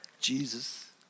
Jesus